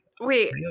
wait